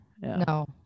no